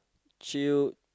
chill